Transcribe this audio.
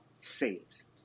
saves